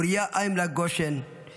אוריה איימלק גושן,